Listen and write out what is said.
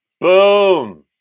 Boom